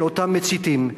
של אותם מציתים,